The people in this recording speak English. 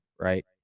Right